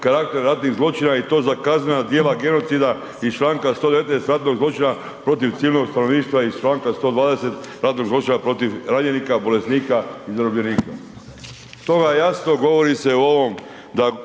karakter ratnih zločina i to za kaznena djela genocida iz članka 119. ratnog zločina protiv civilnog stanovništva iz članka 120. ratnog zločina protiv ranjenika, bolesnika i zarobljenika“. To vam jasno govori se o ovom,